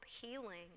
healing